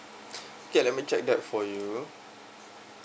okay let me check that for you